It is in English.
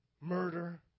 murder